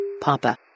Papa